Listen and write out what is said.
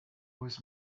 was